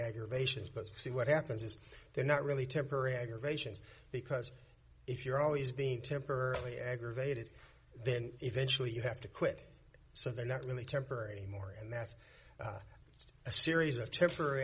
aggravations but see what happens is they're not really temporary aggravations because if you're always being temporarily aggravated then eventually you have to quit so they're not really temporary anymore and that's a series of temporary